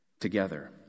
together